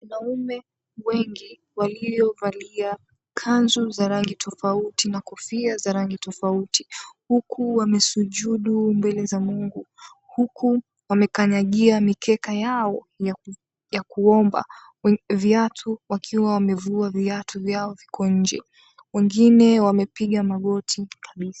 Wanaume wengi waliovalia kanzu za rangi tofauti na kofia za rangi tofauti huku wamesujudu mbele za mungu huku wamekanyagia mikeka yao ya kuomba viatu wakiwa wamevua viatu vyao viko nje. Wengine wamepiga magoti kabisa.